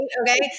Okay